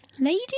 Lady